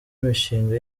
mishinga